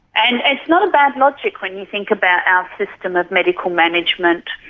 and it's not a bad logic when you think about our system of medical management,